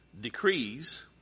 decrees